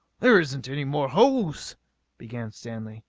there isn't any more hose began stanley.